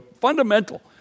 fundamental